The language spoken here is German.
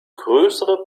größere